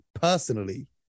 personally